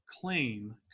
claim